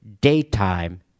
daytime